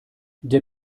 der